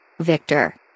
Victor